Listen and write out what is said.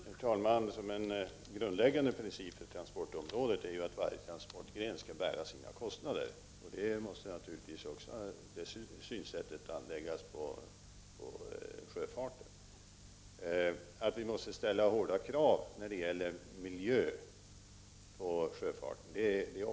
Herr talman! En grundläggande princip på transportområdet är ju att varje transportgren skall bära sina kostnader. Det synsättet måste naturligvis också gälla sjöfarten. Att vi måste ställa hårda krav på sjöfarten när det gäller miljön är otvetydigt.